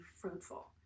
fruitful